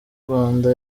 rwanda